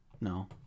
No